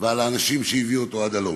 ושל האנשים שהביאו אותו עד הלום.